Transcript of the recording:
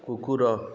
କୁକୁର